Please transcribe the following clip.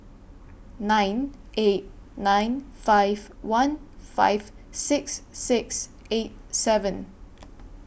nine eight nine five one five six six eight seven